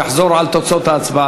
אתה יכול לחזור על תוצאות ההצבעה?